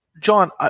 John